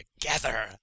together